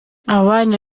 abana